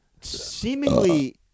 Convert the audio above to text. seemingly